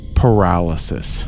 paralysis